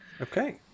Okay